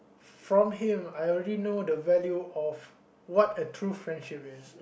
from him I already know the value of what a true friendship is